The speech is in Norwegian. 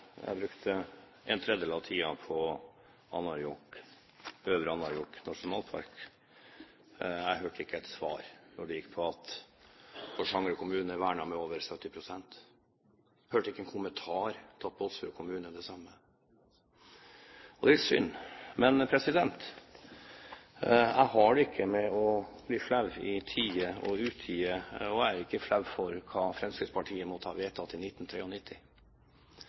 av Porsanger kommune er vernet. Jeg hørte ikke én kommentar til at det samme gjelder for Båtsfjord kommune. Det er litt synd. Men jeg har det ikke med å bli flau i tide og utide, og jeg er ikke flau for hva Fremskrittspartiet måtte ha vedtatt i